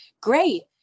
Great